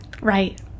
Right